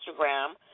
Instagram